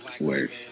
Work